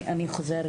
אני חוזרת